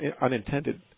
unintended